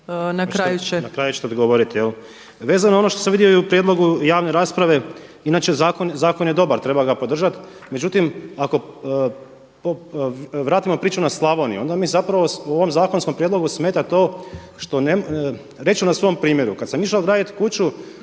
Na kraju ćete odgovoriti. Vezano i ono što sam vidio u prijedlogu javne rasprave inače zakon je dobar, treba ga podržati. Međutim, ako vratimo priču na Slavoniju onda mi zapravo u ovom zakonskom prijedlogu smeta to što, reći ću na svom primjeru. Kad sam išao graditi kuću,